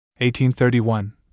1831